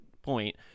Point